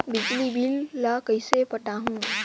बिजली बिल ल कइसे पटाहूं?